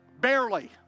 barely